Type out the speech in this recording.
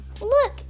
Look